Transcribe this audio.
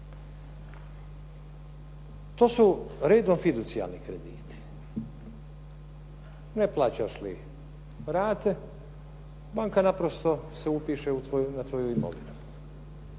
To su redom fiducijalni krediti. Ne plaćaš li rate, banka naprosto se upiše na tvoju imovinu.